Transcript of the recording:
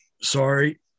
sorry